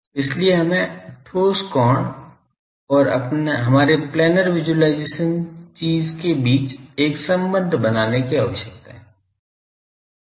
इसलिए हमें ठोस कोण और हमारे प्लेनर विज़ुअलाइज़ेशन चीज़ के बीच एक संबंध बनाने की आवश्यकता है